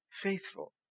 faithful